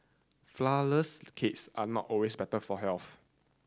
flourless cakes are not always better for health